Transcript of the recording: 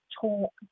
talk